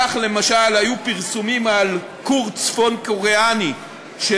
כך, למשל, היו חשדות רבים לגבי